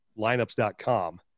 lineups.com